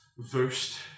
versed